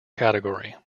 category